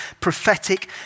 prophetic